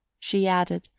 she added,